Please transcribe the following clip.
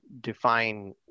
define